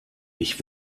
ich